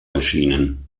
erschienen